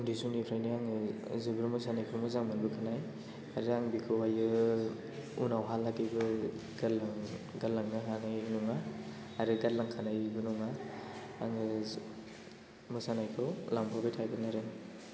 उन्दै समनिफ्रायनो आङो जोबोद मोसानायखौ मोजां मोनबोखानाय आरो आं बेखौहायो उनावहालागैबो गारलांनो हानाय नङा आरो गारलांखानायबो नङा आङो मोसानायखौ लांफाबाय थागोन आरो